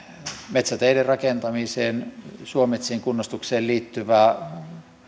metsäteiden rakentamiseen suometsien kunnostukseen liittyvää